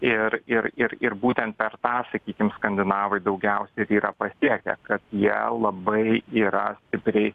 ir ir ir ir būtent per tą sakykim skandinavai daugiausia ir yra pasiekę kad jie labai yra stipriai